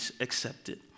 accepted